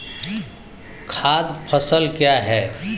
खाद्य फसल क्या है?